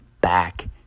back